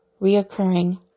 reoccurring